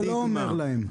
זה לא אומר להם.